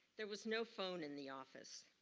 there was no phone in the office.